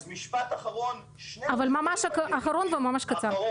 אז משפט אחרון --- אבל ממש אחרון וממש קצר,